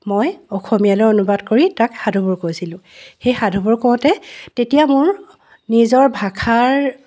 মই অসমীয়ালৈ অনুবাদ কৰি তাক সাধুবোৰ কৈছিলোঁ সেই সাধুবোৰ কওঁতে তেতিয়া মোৰ নিজৰ ভাষাৰ